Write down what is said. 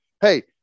Hey